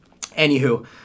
Anywho